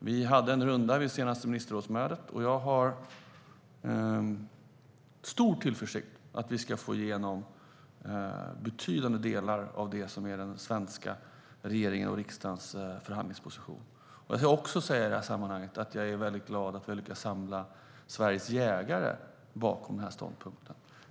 Vi hade en runda vid senaste ministerrådsmötet, och jag hyser stor tillförsikt om att vi kommer att få igenom betydande delar av det som är den svenska regeringens och riksdagens förhandlingsposition. Jag vill också i det här sammanhanget säga att jag är väldigt glad att vi har lyckats samla Sveriges jägare bakom den här ståndpunkten.